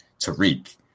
Tariq